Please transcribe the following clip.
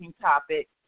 topic